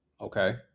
Okay